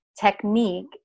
technique